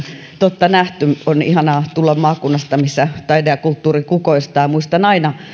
totta nähty on ihanaa tulla maakunnasta missä taide ja kulttuuri kukoistavat muistan aina esimerkiksi